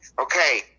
Okay